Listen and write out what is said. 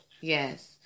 Yes